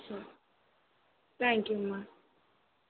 thank you అమ్మా